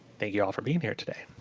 thank you all for being here today.